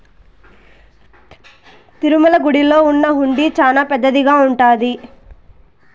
తిరుమల గుడిలో ఉన్న హుండీ చానా పెద్దదిగా ఉంటాది